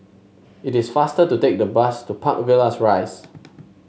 it is faster to take the bus to Park Villas Rise